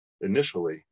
initially